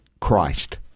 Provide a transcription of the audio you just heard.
Christ